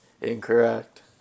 Incorrect